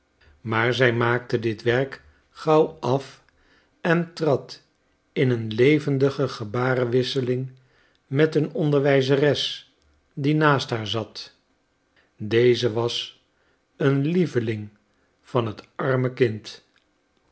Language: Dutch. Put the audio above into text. maar zij maakte dit werk gauw af en trad in een levendige gebarenwisseling met een onderwijzeres die naast haar zat deze was een lieveling van t arme kind